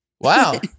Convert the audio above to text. Wow